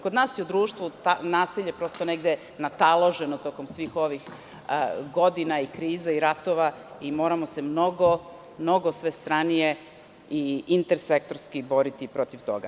Kod nas u društvu je nasilje nataloženo tokom svih ovih godina i kriza i ratova i moramo se mnogo svestranije i intersektorski boriti protiv toga.